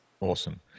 Awesome